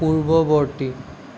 পূৰ্ৱৱৰ্তী